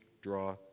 draw